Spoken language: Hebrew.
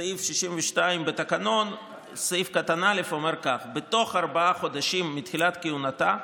סעיף 62(א) בתקנון אומר כך: "בתוך ארבעה חודשים מתחילת כהונתה,